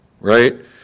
Right